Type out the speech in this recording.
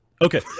okay